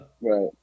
right